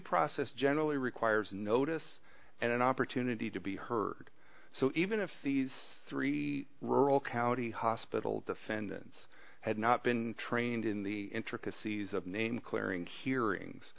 process generally requires notice and an opportunity to be heard so even if these three rural county hospital defendants had not been trained in the intricacies of name clearing hearings